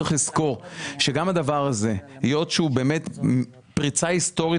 צריך לזכור שגם הדבר הזה היות שהוא מהווה פריצה היסטורית